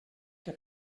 que